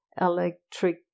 electric